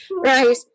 Right